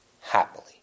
happily